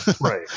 Right